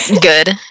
good